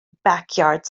backyard